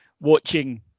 watching